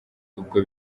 ubwo